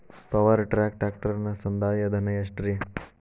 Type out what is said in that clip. Power track ಟ್ರ್ಯಾಕ್ಟರನ ಸಂದಾಯ ಧನ ಎಷ್ಟ್ ರಿ?